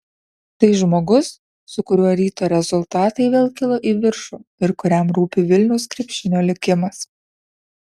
tai žmogus su kuriuo ryto rezultatai vėl kilo į viršų ir kuriam rūpi vilniaus krepšinio likimas